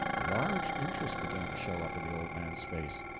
a large interest began to show up in the old man's face.